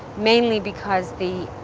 mainly because the